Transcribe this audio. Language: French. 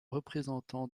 représentant